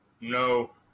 No